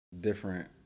different